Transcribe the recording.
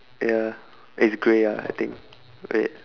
ya it's grey ah I think wait